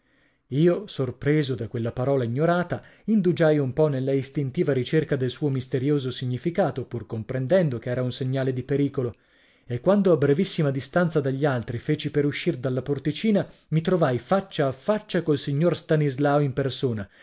io sorpreso da quella parola ignorata indugiai un po nella istintiva ricerca del suo misterioso significato pur comprendendo ch'era un segnale di pericolo e quando a brevissima distanza dagli altri feci per uscir dalla porticina mi trovai a faccia a faccia col signor stanislao in persona